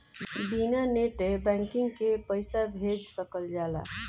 बिना net banking के पईसा भेज सकल जाला?